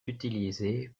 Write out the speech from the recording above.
utilisée